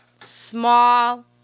small